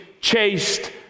chased